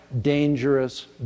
dangerous